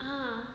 ah